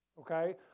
okay